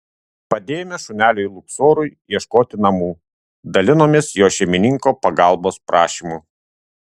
padėjome šuneliui luksorui ieškoti namų dalinomės jo šeimininko pagalbos prašymu